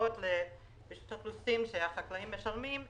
האגרות שמשלמים החקלאים לרשות האוכלוסין,